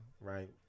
right